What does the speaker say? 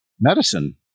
medicine